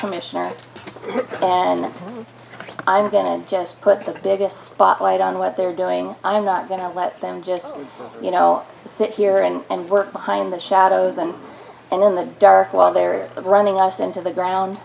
commissioner and i'm going to just put the biggest spotlight on what they're doing i'm not going to let them just you know sit here and work behind the shadows and in the dark while they're running us into the ground